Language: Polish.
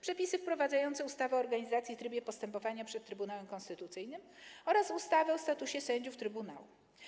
Przepisy wprowadzające ustawę o organizacji i trybie postępowania przed Trybunałem Konstytucyjnym oraz ustawę o statusie sędziów trybunału.